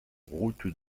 route